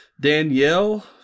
Danielle